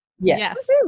Yes